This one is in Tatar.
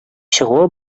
чыгуы